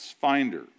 finder